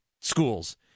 schools